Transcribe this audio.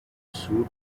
suit